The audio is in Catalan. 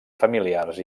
familiars